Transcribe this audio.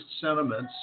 sentiments